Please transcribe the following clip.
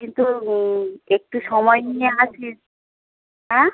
কিন্তু একটু সময় নিয়ে আসিস হ্যাঁ